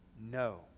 No